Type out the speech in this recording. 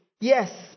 yes